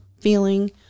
feeling